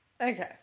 Okay